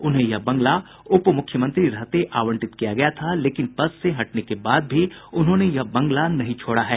उन्हें यह बंगला उप मुख्यमंत्री रहते आवंटित किया गया था लेकिन पद से हटने के बाद भी उन्होंने यह बंगला नहीं छोड़ा है